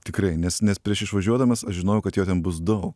tikrai nes nes prieš išvažiuodamas aš žinojau kad jo ten bus daug